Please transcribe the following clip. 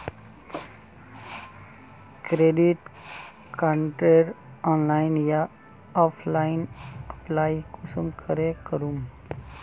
Credit कार्डेर online या offline apply कुंसम करे करूम?